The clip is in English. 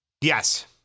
Yes